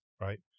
Right